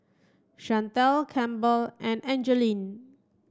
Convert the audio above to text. Shantell Campbell and Angeline